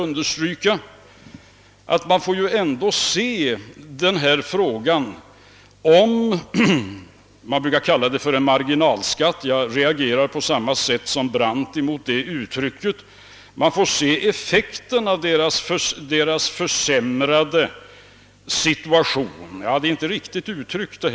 När man i detta sammanhang talar om marginalskatt reagerar jag på samma sätt som herr Brandt mot det uttrycket.